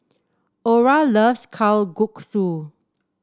Orra loves Kalguksu